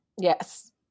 Yes